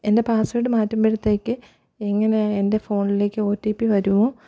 എൻ്റെ പാസ്സ്വേർഡ് മാറ്റുമ്പോഴത്തേക്ക് എങ്ങനെയാണ് എൻ്റെ ഫോണിലേക്ക് ഒ ട്ടി പി വരുമോ